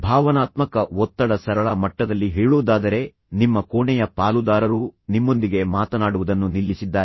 ಭಾವನಾತ್ಮಕ ಒತ್ತಡಃ ಸರಳ ಮಟ್ಟದಲ್ಲಿ ಹೇಳೋದಾದರೆ ನಿಮ್ಮ ಕೋಣೆಯ ಪಾಲುದಾರರು ನಿಮ್ಮೊಂದಿಗೆ ಮಾತನಾಡುವುದನ್ನು ನಿಲ್ಲಿಸಿದ್ದಾರೆ